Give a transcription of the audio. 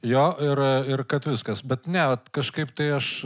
jo ir ir kad viskas bet ne vat kažkaip tai aš